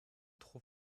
trop